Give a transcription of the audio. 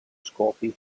scopi